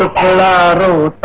ah call out